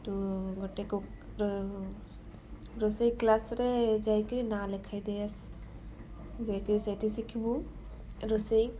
ତୁ ଗୋଟେ କୁକ୍ ରୋଷେଇ କ୍ଲାସରେ ଯାଇକିରି ନାଁ ଲେଖାଇଦେଇ ଆସ୍ ଯାଇକିରି ସେଇଠି ଶିଖିବୁ ରୋଷେଇ